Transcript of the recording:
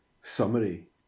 summary